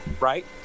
right